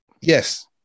Yes